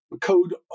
code